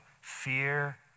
Fear